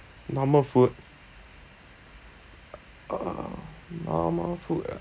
normal food uh normal food ah